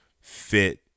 fit